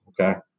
Okay